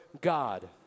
God